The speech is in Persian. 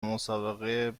مسابقه